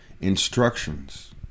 instructions